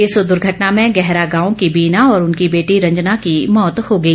इस दुर्घटना में गैहरा गांव की बीना और उनकी बेटी रंजना की मौत हो गई